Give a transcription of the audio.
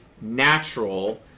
natural